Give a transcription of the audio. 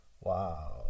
Wow